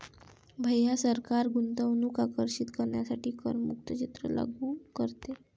भैया सरकार गुंतवणूक आकर्षित करण्यासाठी करमुक्त क्षेत्र लागू करते